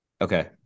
Okay